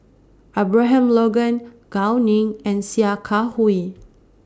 Abraham Logan Gao Ning and Sia Kah Hui